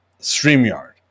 StreamYard